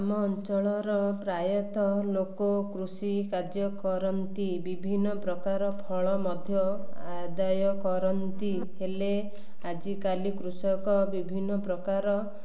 ଆମ ଅଞ୍ଚଳର ପ୍ରାୟତଃ ଲୋକ କୃଷି କାର୍ଯ୍ୟ କରନ୍ତି ବିଭିନ୍ନ ପ୍ରକାର ଫଳ ମଧ୍ୟ ଆଦାୟ କରନ୍ତି ହେଲେ ଆଜିକାଲି କୃଷକ ବିଭିନ୍ନ ପ୍ରକାର